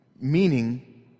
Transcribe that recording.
meaning